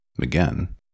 Again